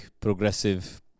progressive